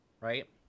right